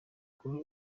kuri